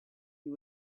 you